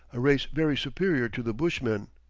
a race very superior to the bushmen.